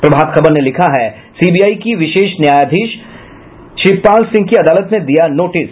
प्रभात खबर ने लिखा है सीबीआई की विशेष न्यायाधीश शिवपाल सिंह की अदालत ने दिया नोटिस